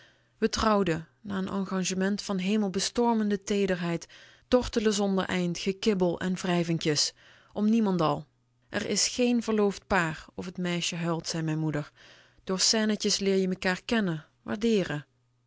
we trouwden na n engagement van hemelbestormende teederheid tortelen zonder eind gekibbel en wrijvinkjes om niemendal r is geen verloofd paar of t meisje huilt zei mijn moeder door scènetjes leer je mekaar kennen waardeeren